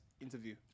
interview